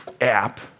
app